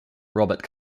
robert